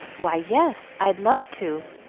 why, yes i'd love to,